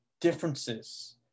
differences